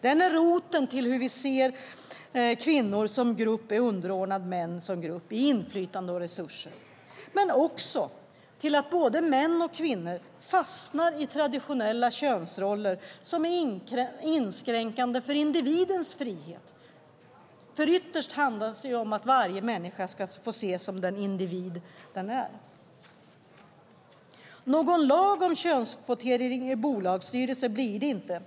Den är roten till att kvinnor som grupp är underordnad män som grupp i inflytande och resurser och till att både män och kvinnor fastnar i traditionella könsroller som inskränker individens frihet. Ytterst handlar det ju om att varje människa ska ses som den individ den är. Någon lag om könskvotering i bolagsstyrelser blir det inte.